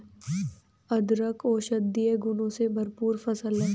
अदरक औषधीय गुणों से भरपूर फसल है